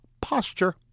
posture